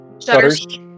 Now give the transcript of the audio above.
Shutters